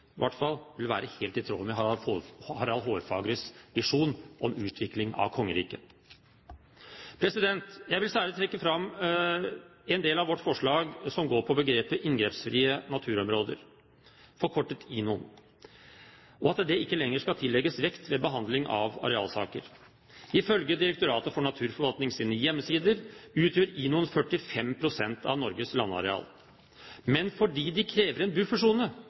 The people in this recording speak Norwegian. hvert fall – være helt i tråd med Harald Hårfagres visjon om utvikling av kongeriket. Jeg vil særlig trekke fram vårt forslag om at begrepet «inngrepsfrie naturområder», forkortet INON, ikke lenger skal tillegges vekt ved behandling av arealsaker. Ifølge Direktoratet for naturforvaltnings hjemmesider utgjør INON 45 pst. av Norges landareal. Men fordi de krever en